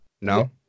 No